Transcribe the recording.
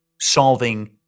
Solving